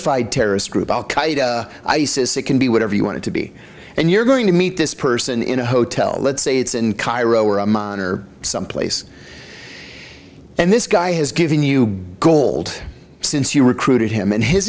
fide terrorist group al qaeda isis it can be whatever you want to be and you're going to meet this person in a hotel let's say it's in cairo or amman or someplace and this guy has given you gold since you recruited him and his